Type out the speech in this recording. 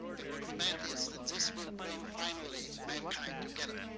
and what we meant is that this will bring, finally, mankind together.